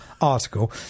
article